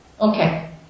Okay